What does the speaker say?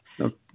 okay